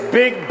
big